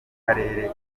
karere